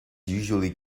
usually